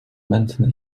mętne